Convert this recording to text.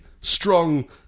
strong